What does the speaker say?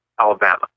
Alabama